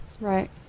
Right